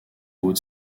haute